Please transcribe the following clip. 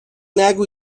نگو